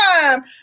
time